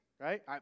right